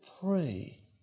free